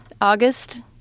August